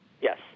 Yes